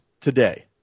today